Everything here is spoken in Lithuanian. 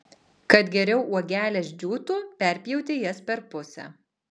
kad geriau uogelės džiūtų perpjauti jas per pusę